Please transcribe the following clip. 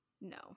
No